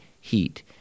heat